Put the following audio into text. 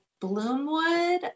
Bloomwood